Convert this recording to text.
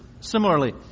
similarly